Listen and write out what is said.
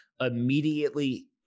immediately